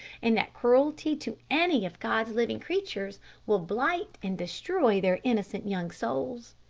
and that cruelty to any of god's living creatures will blight and destroy their innocent young souls.